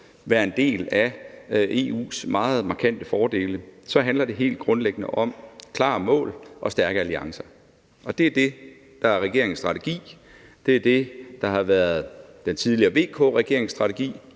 være en del af EU's meget markante fordele handler det helt grundlæggende om klare mål og stærke alliancer. Det er det, der er regeringens strategi. Det er det, der var den tidligere VK-regerings strategi.